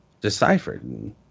deciphered